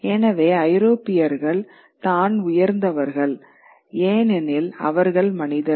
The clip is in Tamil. எனவே ஐரோப்பியர்கள் தான் உயர்ந்தவர்கள் ஏனெனில் அவர்கள் மனிதர்கள்